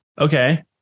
Okay